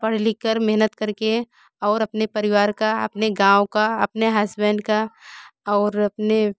पढ़ लिख कर मेहनत करके और अपने परिवार का अपने गाँव का अपने हस्बैंड का और अपने